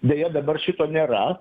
beje dabar šito nėra